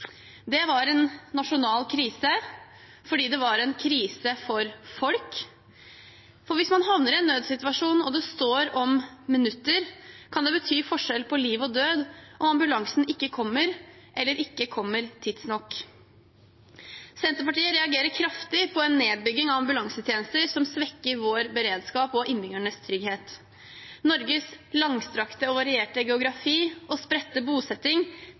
Det var en nasjonal krise fordi det var en krise for folk. For hvis man havner i en nødsituasjon og det står om minutter, kan det bety forskjell mellom liv og død om ambulansen ikke kommer, eller ikke kommer tidsnok. Senterpartiet reagerer kraftig på en nedbygging av ambulansetjenester som svekker vår beredskap og innbyggernes trygghet. Norges langstrakte land, varierte geografi og spredte bosetting